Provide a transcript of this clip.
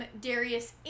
Darius